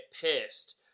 pissed